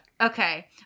Okay